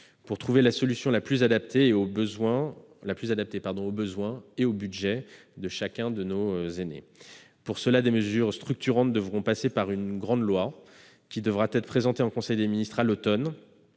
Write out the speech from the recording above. pour trouver la solution la plus adaptée aux besoins et aux budgets de chacun de nos aînés. Pour cela, des mesures structurantes devront être prises dans une grande loi, laquelle sera présentée en conseil des ministres à l'automne,